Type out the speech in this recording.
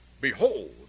Behold